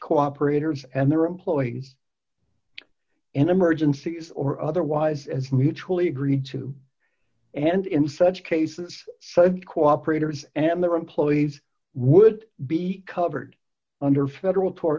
cooperators and their employees in emergencies or otherwise as mutually agreed to and in such cases said cooperators and their employees would be covered under federal tort